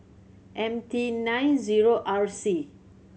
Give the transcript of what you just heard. M T nine zero R C